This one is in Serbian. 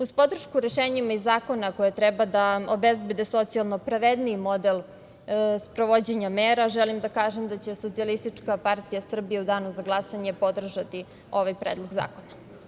Uz podršku rešenjima iz zakona koji treba da obezbedi socijalno pravedniji model sprovođenja mera, želim da kažem da će SPS u danu za glasanje podržati ovaj Predlog zakona.